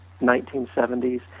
1970s